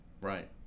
right